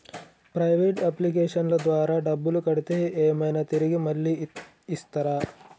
Private అప్లికేషన్ల ద్వారా డబ్బులు కడితే ఏమైనా తిరిగి మళ్ళీ ఇస్తరా?